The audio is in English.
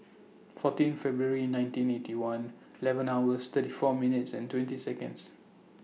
fourteen February nineteen Eighty One eleven hours thirty four minutes and twenty Seconds